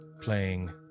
Playing